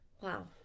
wow